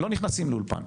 והם לא נכנסים לאולפן,